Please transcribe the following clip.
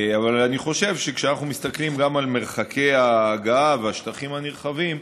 אבל אני חושב שכשאנחנו מסתכלים גם על המרחקים להגעה והשטחים הנרחבים,